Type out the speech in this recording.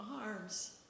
arms